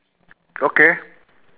okay